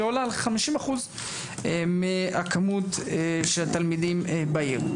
עולה על 50% מהכמות של התלמידים בעיר,